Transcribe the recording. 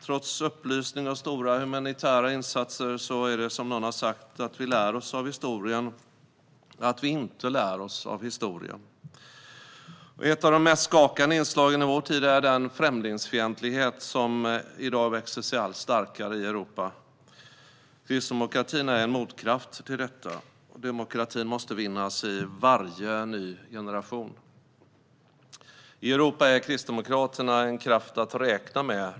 Trots upplysning och stora humanitära insatser är det som någon sagt: Vi lär oss av historien att vi inte lär oss av historien. Ett av de mest skakande inslagen i vår tid är den främlingsfientlighet som i dag växer sig allt starkare i Europa. Kristdemokratin är en motkraft till detta, och demokratin måste vinnas i varje ny generation. I Europa är Kristdemokraterna en kraft att räkna med.